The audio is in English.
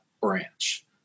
branch